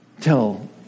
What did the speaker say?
tell